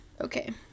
Okay